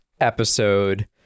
episode